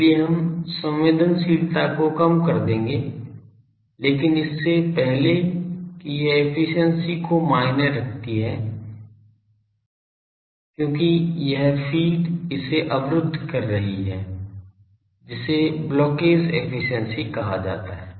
इसलिए हम संवेदनशीलता को कम कर देंगे लेकिन इससे पहले कि यह एफिशिएंसी जो मायने रखती है क्योंकि यह फ़ीड इसे अवरुद्ध कर रही है जिसे ब्लॉकेज एफिशिएंसी कहा जाता है